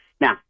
Now